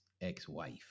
ex-wife